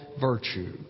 virtue